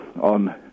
on